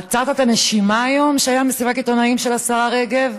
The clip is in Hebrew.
עצרת את הנשימה היום כשהייתה מסיבת עיתונאים של השרה רגב?